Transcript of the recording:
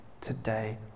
today